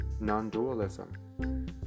non-dualism